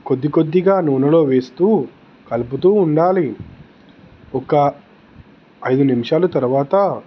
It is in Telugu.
కొద్ది కొద్దిగా నూనెలో వేస్తూ కలుపుతూ ఉండాలి ఒక ఐదు నిమిషాలు తరువాత